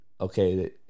okay